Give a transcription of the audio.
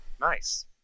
Nice